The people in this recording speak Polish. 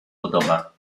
podoba